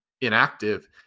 inactive